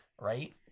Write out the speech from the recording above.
Right